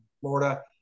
Florida